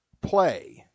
play